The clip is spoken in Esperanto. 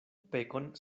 pekon